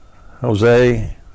Jose